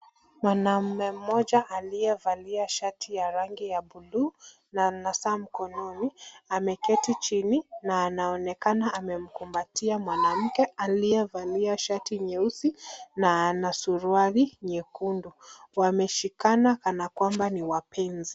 Mwanamme mmoja aliye valia shati la rangi ya bluu na ana saa mkononi ameketi chini na anaonekana amemkumbatia mwanamke aliye valia shati nyeusi na ana suruali nyekundu. Wameshikana kana kwamba ni wapenzi.